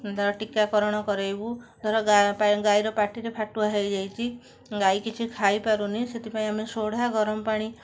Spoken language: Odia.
ତା'ର ଟୀକାକରଣ କରାଇବୁ ଧର ଗାଈର ପାଟିରେ ଫାଟୁଆ ହେଇଯାଇଚି ଗାଈ କିଛି ଖାଇପାରୁନି ସେଥିପାଇଁ ଆମେ ସୋଡ଼ା ଗରମପାଣି